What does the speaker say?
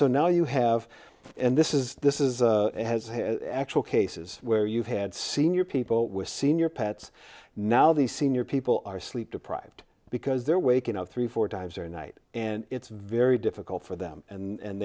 so now you have and this is this is actual cases where you've had senior people with senior pets now the senior people are sleep deprived because they're waking up three or four times or night and it's very difficult for them and